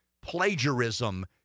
plagiarism